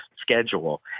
schedule